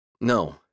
No